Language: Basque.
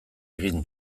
egin